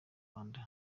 rwanda